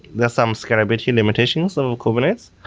there's some scalability limitations over kubernetes.